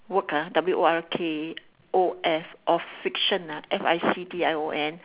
work ah W O R K O F of fiction ah F I C T I O N